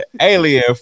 alien